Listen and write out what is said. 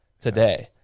today